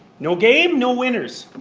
no game, no winners.